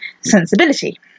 sensibility